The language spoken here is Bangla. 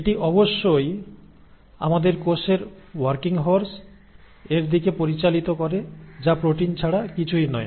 এটি অবশ্যই আমাদের কোষের ওয়ার্কিং হর্স এর দিকে পরিচালিত করে যা প্রোটিন ছাড়া কিছুই নয়